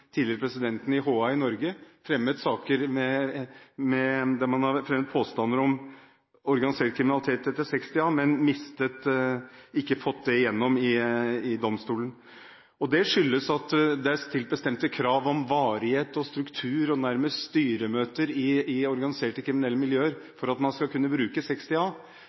tidligere presidenten i Hells Angels i Norge. Man har fremmet påstander om organisert kriminalitet etter § 60 a, men ikke fått det igjennom i domstolen. Det skyldes at det er stilt bestemte krav om varighet og struktur og nærmest styremøter i organiserte kriminelle miljøer for at man skal kunne bruke